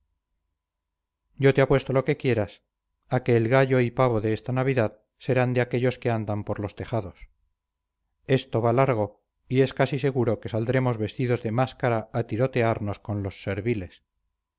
yo te apuesto lo que quieras a que el gallo y pavo de esta navidad serán de aquellos que andan por los tejados esto va largo y es casi seguro que saldremos vestidos de máscara a tiroteamos con los serviles